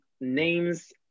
names